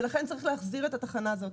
ולכן צריך להחזיר את התחנה הזאת.